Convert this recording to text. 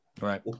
Right